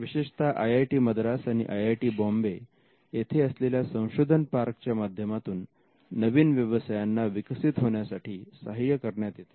विशेषतः आयआयटी मद्रास आणि आयआयटी बॉम्बे येथे असलेल्या संशोधन पार्क च्या माध्यमातून नवीन व्यवसायांना विकसित होण्यासाठी सहाय्य करण्यात येते